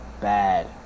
bad